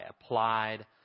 applied